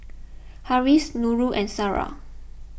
Harris Nurul and Sarah